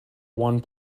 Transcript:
one